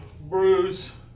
bruise